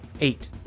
eight